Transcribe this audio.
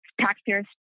taxpayers